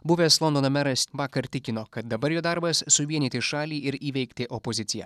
buvęs londono meras vakar tikino kad dabar jo darbas suvienyti šalį ir įveikti opoziciją